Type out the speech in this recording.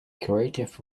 creative